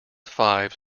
five